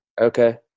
Okay